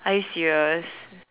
are you serious